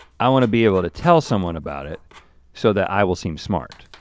i wanna be able to tell someone about it so that i will seem smart.